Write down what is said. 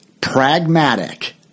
pragmatic